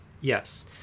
Yes